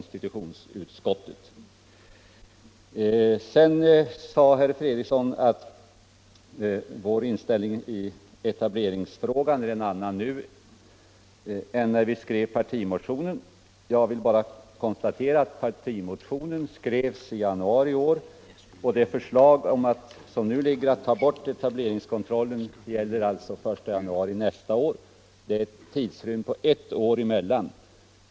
Sedan sade herr Fredriksson att vår inställning i etableringsfrågan är en annan nu än när vi skrev partimotionen. Jag vill bara konstatera att partimotionen skrevs i januari i år. Det förslag som nu föreligger om att ta bort etableringskontrollen gäller från den 1 januari nästa år. Det är en tid av ett år däremellan.